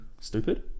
stupid